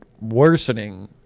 worsening